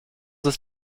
ist